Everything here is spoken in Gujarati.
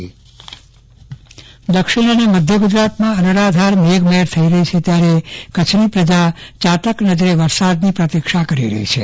ચંદ્રવદન પટ્ટણી વરસાદની આગાહી દક્ષિણ અને મધ્ય ગુજરાતમાં અનરાધર મેઘમહેર થઈ રહી છે ત્યારે કચ્છની પ્રજા ચાતક નજરે વરસાદની પ્રતિક્ષા કરી રહી છે